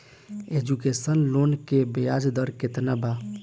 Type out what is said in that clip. Education loan के ब्याज दर केतना बा?